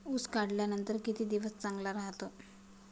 ऊस काढल्यानंतर किती दिवस चांगला राहतो?